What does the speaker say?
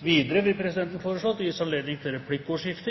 Videre vil presidenten foreslå at det gis anledning til replikkordskifte